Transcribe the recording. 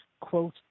Quote